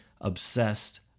obsessed